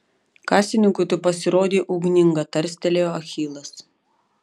kasininkui tu pasirodei ugninga tarstelėjo achilas